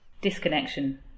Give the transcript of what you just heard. Disconnection